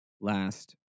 last